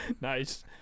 Nice